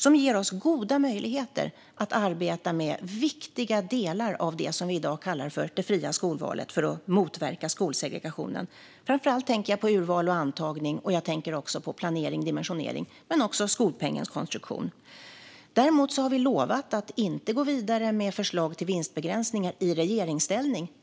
Det ger oss goda möjligheter att arbeta med viktiga delar av det som vi i dag kallar för det fria skolvalet för att motverka skolsegregationen. Jag tänker framför allt på urval och antagning. Jag tänker på planering och dimensionering men också skolpengens konstruktion. Däremot har vi lovat att i regeringsställning inte gå vidare med förslag om vinstbegränsningar.